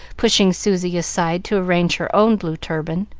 pushing susy aside to arrange her own blue turban,